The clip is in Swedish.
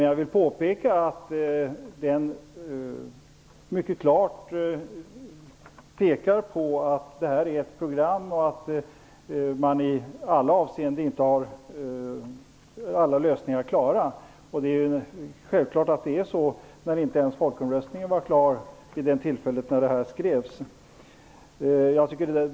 Jag vill påpeka att detta är ett program där man inte har alla lösningar klara. Det är självklart att det är så, eftersom inte folkomröstningen var klar när detta skrevs.